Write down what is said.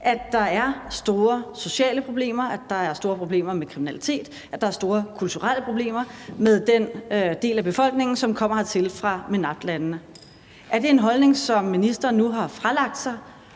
at der er store sociale problemer, at der er store problemer med kriminalitet, at der er store kulturelle problemer med den del af befolkningen, som kommer hertil fra MENAPT-landene. Er det en holdning, som ministeren nu har fralagt sig,